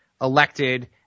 elected